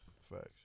Facts